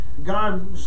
God